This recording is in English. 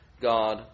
God